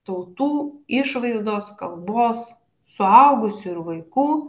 tautų išvaizdos kalbos suaugusių ir vaikų